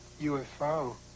UFO